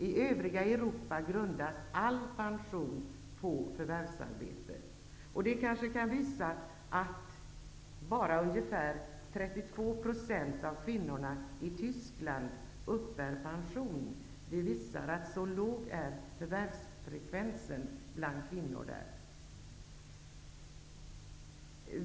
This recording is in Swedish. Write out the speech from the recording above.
I övriga Europa grundas all pension på förvärvsarbete. Bara ungefär 32 % av kvinnorna i Tyskland uppbär pension -- det visar hur låg förvärvsfrekvensen är för kvinnor där.